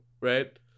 right